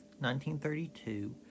1932